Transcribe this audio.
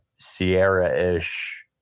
Sierra-ish